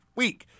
week